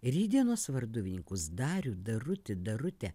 rytdienos varduvininkus darių darutį darutę